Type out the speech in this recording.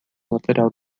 lateral